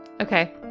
okay